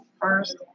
first